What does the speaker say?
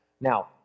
Now